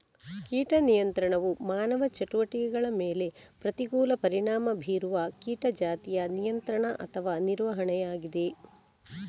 ಕೀಟ ನಿಯಂತ್ರಣವು ಮಾನವ ಚಟುವಟಿಕೆಗಳ ಮೇಲೆ ಪ್ರತಿಕೂಲ ಪರಿಣಾಮ ಬೀರುವ ಕೀಟ ಜಾತಿಯ ನಿಯಂತ್ರಣ ಅಥವಾ ನಿರ್ವಹಣೆಯಾಗಿದೆ